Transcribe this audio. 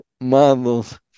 models